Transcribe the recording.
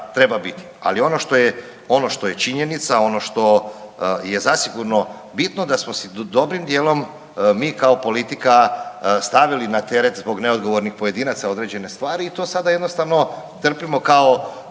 je, ono što je činjenica, ono što je zasigurno bitno da smo si dobrim djelom mi kao politika stavili na teret zbog neodgovornih pojedinaca određene stari i to sada jednostavno trpimo kao,